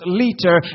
leader